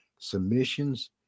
submissions